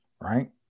Right